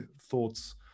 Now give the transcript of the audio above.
thoughts